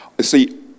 see